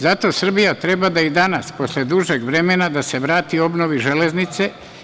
Zato Srbija treba da i danas posle dužeg vremena da se vrati obnovi železnice.